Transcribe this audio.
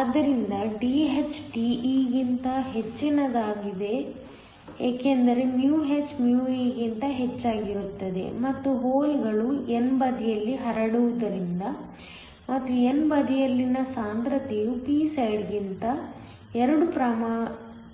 ಆದ್ದರಿಂದ Dh De ಗಿಂತ ಹೆಚ್ಚಿನದಾಗಿದೆ ಏಕೆಂದರೆ h e ಗಿಂತ ಹೆಚ್ಚಾಗಿರುತ್ತದೆ ಮತ್ತು ಹೋಲ್ಗಳು n ಬದಿಯಲ್ಲಿ ಹರಡುವುದರಿಂದ ಮತ್ತು n ಬದಿಯಲ್ಲಿನ ಸಾಂದ್ರತೆಯು p ಸೈಡ್ಗಿಂತ ಎರಡು